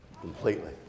completely